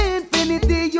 Infinity